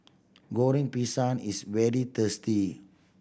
Goreng Pisang is very tasty